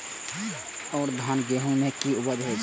और धान गेहूँ भी निक उपजे ईय?